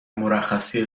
مرخصی